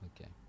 Okay